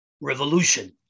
revolution